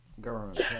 government